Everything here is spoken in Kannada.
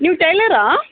ನೀವು ಟೈಲರಾ